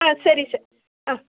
ಹಾಂ ಸರಿ ಸರ್ ಹಾಂ